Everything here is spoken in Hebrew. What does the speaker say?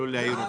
זה